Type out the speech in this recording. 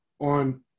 on